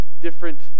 different